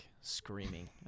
screaming